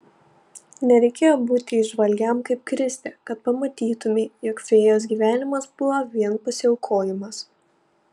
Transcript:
nereikėjo būti įžvalgiam kaip kristė kad pamatytumei jog fėjos gyvenimas buvo vien pasiaukojimas